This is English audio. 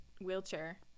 wheelchair